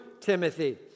Timothy